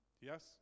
Yes